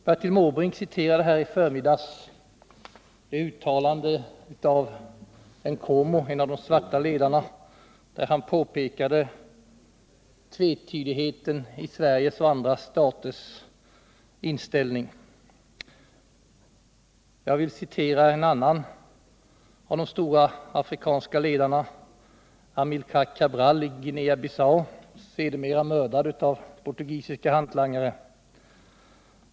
Bertil Måbrink citerade här i förmiddags ett uttalande av NKomo —- en av de svarta ledarna — i vilket han pekade på tvetydigheten i Sveriges och andra staters inställning. Jag vill åberopa en annan av de stora afrikanska ledarna, Amilcar Cabral i Guinea Bissau —- sedermera mördad av portugisiska hantlangare.